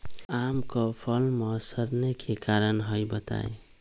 आम क फल म सरने कि कारण हई बताई?